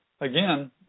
again